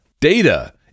Data